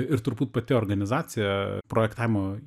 ir turbūt pati organizacija projektavimo